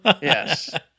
Yes